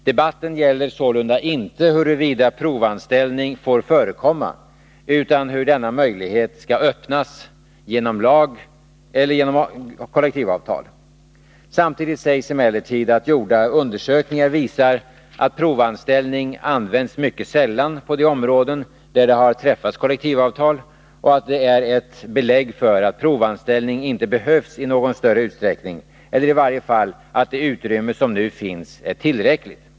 Debatten gäller sålunda inte huruvida provanställning får förekomma, utan hur denna möjlighet skall öppnas — genom lag eller kollektivavtal. Samtidigt sägs emellertid att gjorda undersökningar visar att provanställning används mycket sällan på de områden där det har träffats kollektivavtal och att det är ett belägg för att provanställning inte behövs i någon större utsträckning, eller i varje fall att det utrymme som nu finns är tillräckligt.